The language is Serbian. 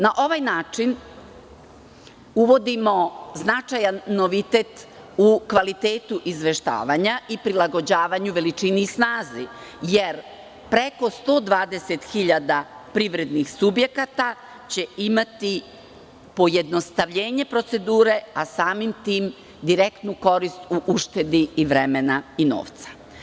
Na ovaj način uvodimo značajan novitet u kvalitetu izveštavanja i prilagođavanju veličini i snazi, jer preko 120.000 privrednih subjekata će imati pojednostavljenje procedure, a samim tim direktnu korist u uštedi i vremena i novca.